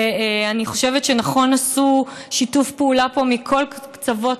אני חושבת שנכון שעשו שיתוף פעולה פה מכל קצוות